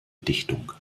dichtung